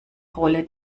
rolle